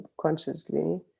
consciously